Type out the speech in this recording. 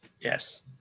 Yes